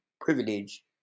privilege